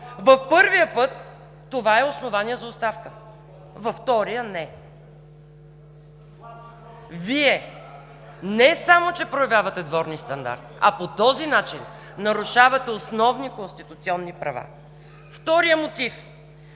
В първия случай това е основание за оставка. Във втория – не. Вие не само че проявявате двойни стандарти, а по този начин нарушавате основни конституционни права. ПАВЕЛ ШОПОВ